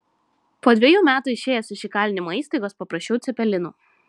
po dvejų metų išėjęs iš įkalinimo įstaigos paprašiau cepelinų